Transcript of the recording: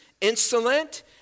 insolent